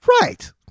right